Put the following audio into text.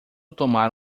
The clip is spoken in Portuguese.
tomar